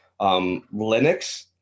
Linux